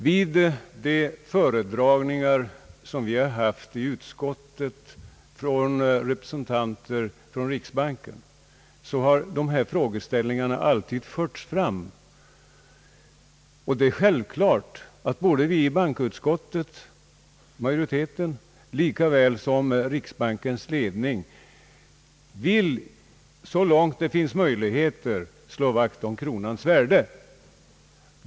Vid de föredragningar som vi haft i utskottet från representanter för riksbanken har dessa frågeställningar alltid förts fram och det är självklart att majoriteten i bankoutskottet lika väl som riksbankens ledning vill, så långt det finns möjligheter, slå vakt om kronans värde.